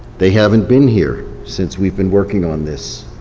they haven't been here since we've been working on this,